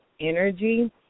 energy